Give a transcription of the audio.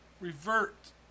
revert